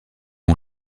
mon